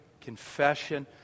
Confession